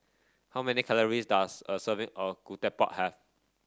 how many calories does a serving of ketupat have